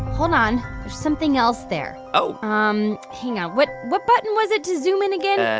hold on. there's something else there oh um hang on. what what button was it to zoom in again? ah